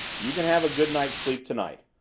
you can have a good night's sleep tonight.